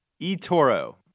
eToro